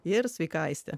ir sveika aiste